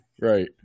Right